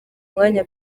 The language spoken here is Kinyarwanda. umwanya